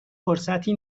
فرصتی